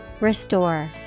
Restore